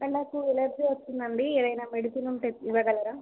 ఏమండి నాకు ఎలర్జీ వచ్చిందండి ఏదైనా మెడిసిన్ ఉంటే ఇవ్వగలరా